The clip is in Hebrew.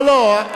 לא לא לא,